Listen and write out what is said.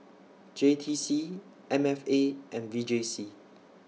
J T C M F A and V J C